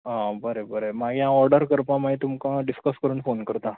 आं बरें बरें मागीर हांव ऑडर करपाक मागीर तुमकां डिसकस करून फोन करतां